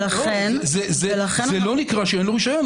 ולכן אנחנו --- זה לא נקרא שאין לו רישיון.